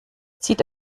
zieht